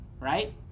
Right